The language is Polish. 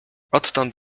odtąd